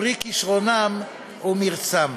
מפרי כשרונם ומרצם.